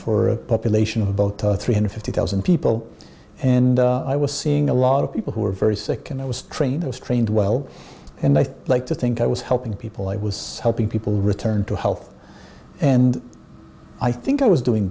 for a population of a boat three hundred fifty thousand people and i was seeing a lot of people who were very sick and i was trained i was trained well and i like to think i was helping people i was helping people return to health and i think i was doing